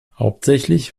hauptsächlich